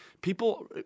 people